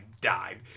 died